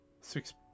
Six